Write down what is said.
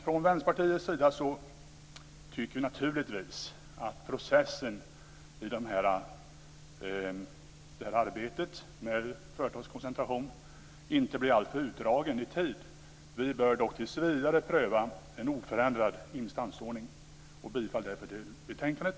Från Vänsterpartiets sida tycker vi naturligtvis att processen i arbetet med företagskoncentration inte får bli alltför utdragen i tid. Man bör dock tills vidare pröva en oförändrad instansordning. Vi yrkar därför bifall till utskottets hemställan i betänkandet.